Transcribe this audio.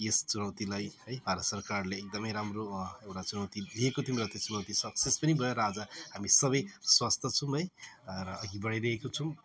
यस चुनौतीलाई है भारत सरकारले एकदम राम्रो एउटा चुनौती लिएको थियौँ र त्यसमा ती सक्सेस पनि भएर आज हामी सबै स्वास्थ्य छौँ है र अघि बढाइरहेको छौँ